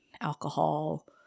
alcohol